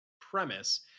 premise